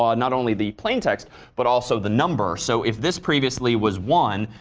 ah and not only the plaintext but also the number. so if this previously was one,